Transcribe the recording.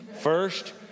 First